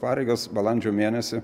pareigas balandžio mėnesį